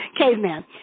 Caveman